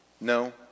No